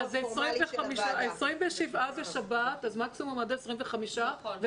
27 זה שבת, אז מקסימום עד 25 בספטמבר.